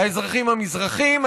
האזרחים המזרחים,